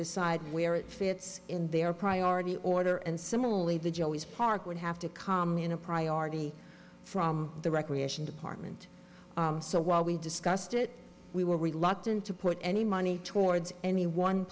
decide where it fits in their priority order and similarly the joeys park would have to come in a priority from the recreation department so while we discussed it we were reluctant to put any money towards any one